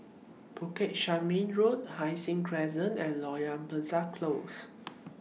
Bukit Chermin Road Hai Sing Crescent and Loyang Besar Close